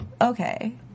okay